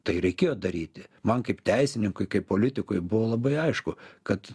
tai reikėjo daryti man kaip teisininkui kaip politikui buvo labai aišku kad